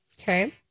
Okay